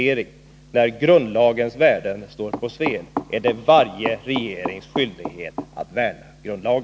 När frågor av grundlagskaraktär aktualiseras är det varje regerings skyldighet att vara försiktig.